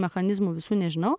mechanizmų visų nežinau